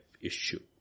issue